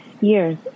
Years